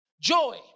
joy